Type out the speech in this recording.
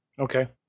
Okay